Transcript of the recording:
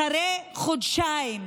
אחרי חודשיים,